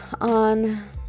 on